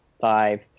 five